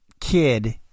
kid